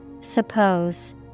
Suppose